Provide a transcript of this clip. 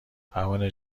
پروانه